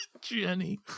Jenny